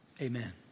Amen